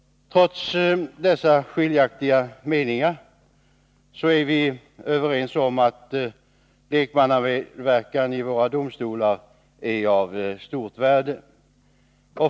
Trots dessa skiljaktiga meningar, är vi överens om att lekmannamedverkan i våra domstolar är av stort värde.